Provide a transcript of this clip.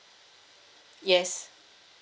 yes